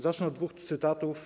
Zacznę od dwóch cytatów.